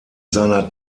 seiner